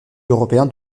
européen